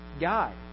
God